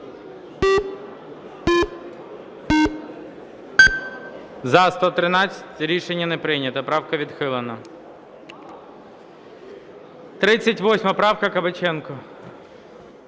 За-113 Рішення не прийнято. Правка відхилена. 38 правка, Кабаченко.